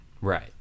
Right